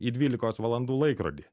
į dvylikos valandų laikrodį